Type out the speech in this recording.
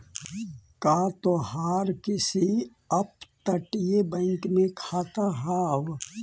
का तोहार किसी अपतटीय बैंक में खाता हाव